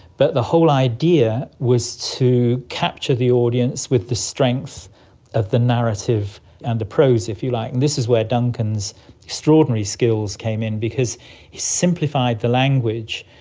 but the whole idea was to capture the audience with the strength of the narrative and the prose, if you like. and this is where duncan's extraordinary skills came in because he simplified the language,